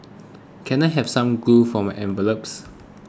can I have some glue for my envelopes